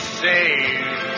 saved